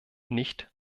nicht